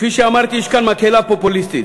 כפי שאמרתי, יש פה מקהלה פופוליסטית.